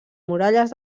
muralles